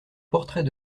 portrait